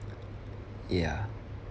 ya